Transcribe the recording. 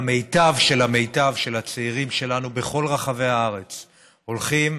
המיטב של המיטב של הצעירים שלנו בכל רחבי הארץ הולכים,